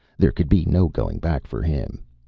there could be no going back for him.